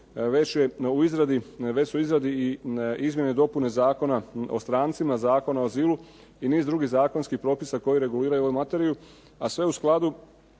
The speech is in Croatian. već su u izradi i izmjene i dopune Zakona o strancima, Zakona o azilu i niz drugih zakonskih propisa koji reguliraju ovu materiju, a sve u skladu